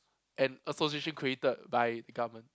an association created by the government